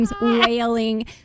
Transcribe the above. wailing